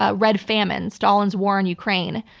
ah red famine stalin's war on ukraine,